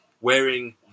wearing